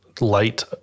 light